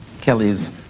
kelly's